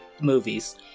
movies